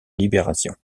libération